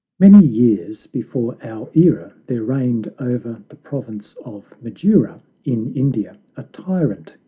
many years before our era there reigned over the province of madura, in india, a tyrant,